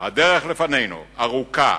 הדרך לפנינו ארוכה